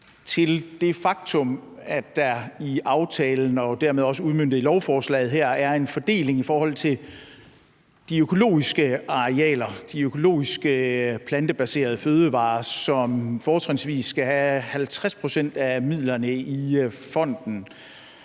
til det faktum, at der i aftalen – og det er dermed også udmøntet i lovforslaget her – er en fordeling i forhold til de økologiske arealer, de økologiske plantebaserede fødevarer, som mindst 50 pct. af midlerne i fonden